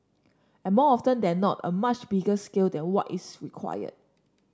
and more often than not a much bigger scale than what is required